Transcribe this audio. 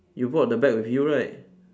you bought the bag with you right